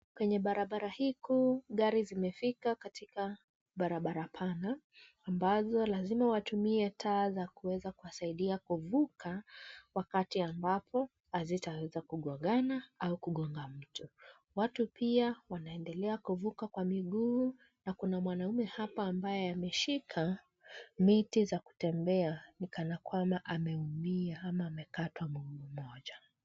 Kwenye barabara hii kuu gari zimefika katika barabara pana ambazo lazima watumie taa kuweza kuvuka wakati ambapo hazitaweza kugongana au kugonga mtu. Watu pia wanaendelea kuvuka kwa miguu na kuna mwanaume hapa ambaye ameshika miti za kutembea, ni kana kwamba ameumia ama amekatwa mguu mmoja.